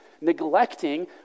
neglecting